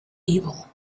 evil